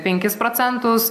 penkis procentus